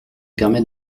permet